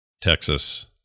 Texas